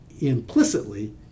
implicitly